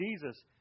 Jesus